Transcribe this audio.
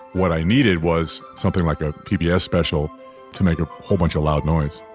what i needed was something like a pbs yeah special to make a whole bunch of loud noise.